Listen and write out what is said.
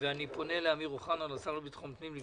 אני פונה לשר לביטחון הפנים אמיר אוחנה